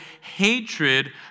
hatred